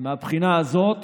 מהבחינה הזאת